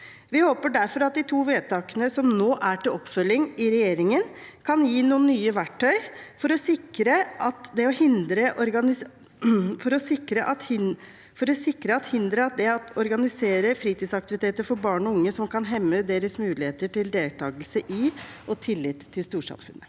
Vi håper derfor at de to vedtakene som nå er til oppfølging i regjeringen, kan gi noen nye verktøy for å hindre at organiserte fritidsaktiviteter for barn og unge kan hemme deres muligheter til deltakelse i og tillit til storsamfunnet.